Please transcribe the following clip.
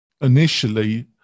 initially